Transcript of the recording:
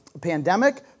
pandemic